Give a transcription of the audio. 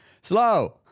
slow